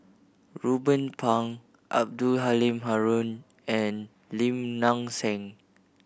Ruben Pang Abdul Halim Haron and Lim Nang Seng